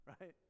right